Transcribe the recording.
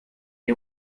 die